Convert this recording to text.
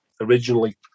originally